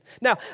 Now